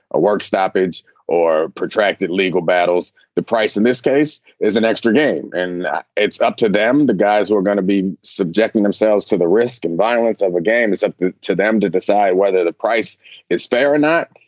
a work stoppage or protracted legal battles. the price in this case is an extra game and it's up to them. the guys are going to be subjecting themselves to the risk and violence of a game. it's up to them to decide whether the price is fair or not.